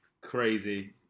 crazy